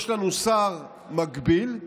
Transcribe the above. יש לנו שר מקביל,